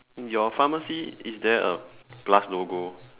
your pharmacy is there a plus logo